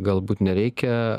galbūt nereikia